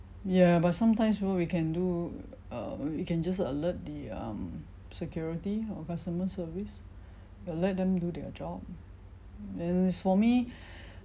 ya but sometimes you know we can do err we can just alert the um security or customer service uh let them do their job whereas for me